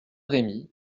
rémy